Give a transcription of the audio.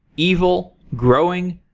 evil, growing,